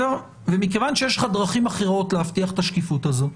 מכיוון שיש לך דרכים אחרות להבטיח את השקיפות הזאת,